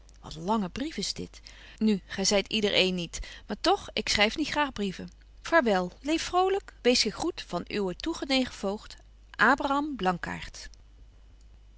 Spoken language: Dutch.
wat lange brief is dit nu gy zyt yder een niet maar toch ik schryf niet graag brieven vaarwel leef vrolyk wees gegroet van uwen toegenegen voogd